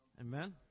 Amen